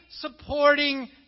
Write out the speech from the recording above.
supporting